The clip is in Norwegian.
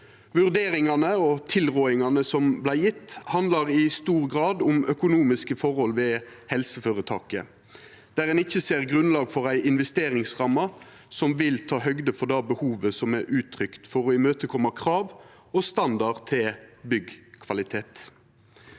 Vurderingane og tilrådingane som vart gjevne, handlar i stor grad om økonomiske forhold ved helseføretaket, der ein ikkje ser grunnlag for ei investeringsramme som vil ta høgde for det behovet som er uttrykt for å imøtekoma krav og standard til byggkvalitet.